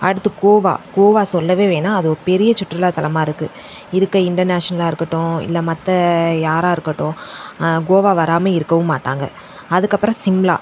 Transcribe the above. அடுத்து கோவா கோவா சொல்லவே வேணாம் அது ஒரு பெரிய சுற்றுலாத்தலமாக இருக்குது இருக்க இன்டர்நேஷனலாக இருக்கட்டும் இல்லை மற்ற யாராக இருக்கட்டும் கோவா வராமல் இருக்கவும் மாட்டாங்க அதுக்கப்புறம் சிம்லா